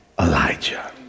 Elijah